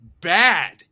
bad